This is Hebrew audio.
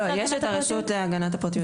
יש את הרשות להגנת הפרטיות.